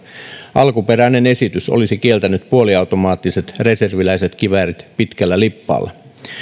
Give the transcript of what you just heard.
alkuperäinen esitys olisi kieltänyt puoliautomaattiset reserviläiskiväärit pitkällä lippaalla